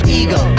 ego